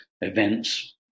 events